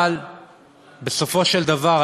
אבל בסופו של דבר,